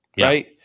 right